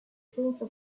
scienze